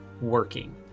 working